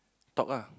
talk lah